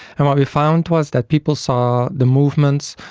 and what we found was that people saw the movements,